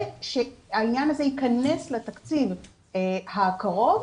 ושהעניין הזה ייכנס לתקציב הקרוב.